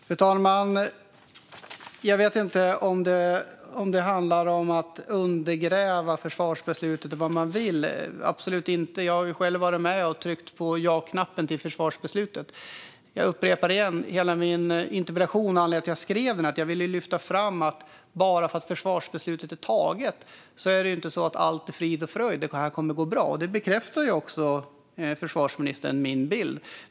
Fru talman! Det handlar absolut inte om att undergräva försvarsbeslutet. Jag tryckte ju själv på ja-knappen för försvarsbeslutet. Jag upprepar att anledningen till min interpellation är att jag vill lyfta upp att allt inte är frid och fröjd och kommer att gå bra bara för att försvarsbeslutet är taget. Försvarsministern bekräftar ju också min bild.